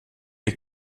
est